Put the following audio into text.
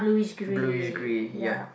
bluish grey ya